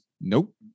nope